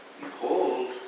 Behold